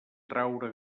traure